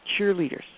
cheerleaders